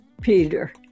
Peter